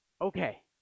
Okay